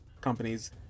companies